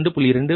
2100 1